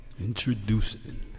Introducing